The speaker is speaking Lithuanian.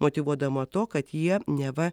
motyvuodama tuo kad jie neva